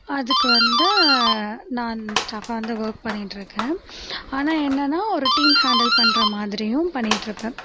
அதுக்கு வந்து நான் ஸ்டாஃப்பாக வந்து ஒர்க் பண்ணிகிட்டிருக்கேன் ஆனால் என்னென்னா ஒரு டீம் ஹேண்டில் பண்ணுற மாதிரியும் பண்ணிகிட்ருப்பேன்